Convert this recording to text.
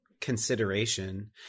consideration